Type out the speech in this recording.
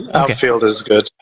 outfield is good.